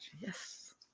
Yes